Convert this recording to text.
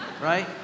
right